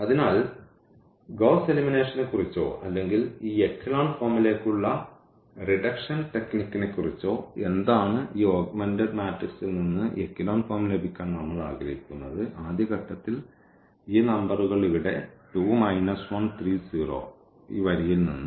അതിനാൽ ഗ്വോസ്സ് എലിമിനേഷനെക്കുറിച്ചോ അല്ലെങ്കിൽ ഈ എക്കലോൺ ഫോമിലേക്കുള്ള റിഡക്ഷൻ ടെക്നിക്കിനെക്കുറിച്ചോ എന്താണ് ഈ ഓഗ്മെന്റഡ് മാട്രിക്സിൽ നിന്ന് എക്കലോൺ ഫോം ലഭിക്കാൻ നമ്മൾ ആഗ്രഹിക്കുന്നത് ആദ്യ ഘട്ടത്തിൽ ഈ നമ്പറുകൾ ഇവിടെ 2 1 3 0 ഈ വരിയിൽ നിന്ന്